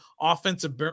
offensive